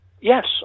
Yes